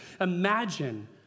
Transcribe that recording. Imagine